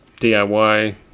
DIY